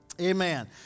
amen